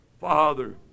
father